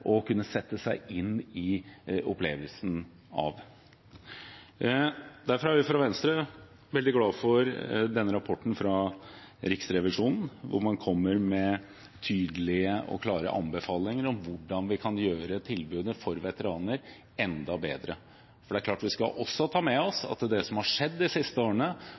denne rapporten fra Riksrevisjonen, hvor man kommer med tydelige og klare anbefalinger om hvordan vi kan gjøre tilbudet til veteraner enda bedre. Vi skal også ta med oss at det som har skjedd de siste årene